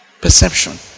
Perception